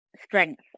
strength